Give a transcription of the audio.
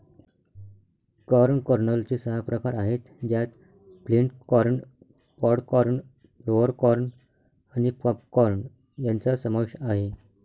corn कर्नलचे सहा प्रकार आहेत ज्यात flint corn, pod corn, flour corn आणि पॉप कॉर्न यांचा समावेश आहे